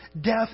death